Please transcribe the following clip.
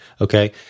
Okay